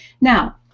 now